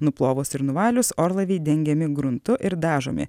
nuplovus ir nuvalius orlaiviai dengiami gruntu ir dažomi